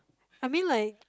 I mean like